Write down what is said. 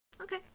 Okay